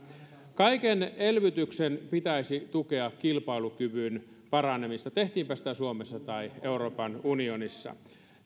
kaiken elvytyksen pitäisi tukea kilpailukyvyn paranemista tehtiinpä sitä suomessa tai euroopan unionissa